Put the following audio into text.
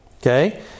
okay